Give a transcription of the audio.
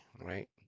right